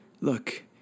look